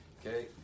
okay